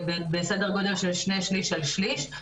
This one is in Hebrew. בסדר גודל של שני שליש על שליש,